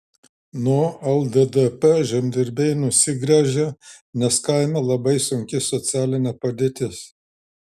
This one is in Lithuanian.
nuo lddp žemdirbiai nusigręžė nes kaime labai sunki socialinė padėtis